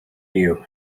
you